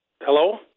Hello